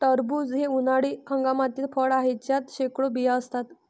टरबूज हे उन्हाळी हंगामातील फळ आहे, त्यात शेकडो बिया असतात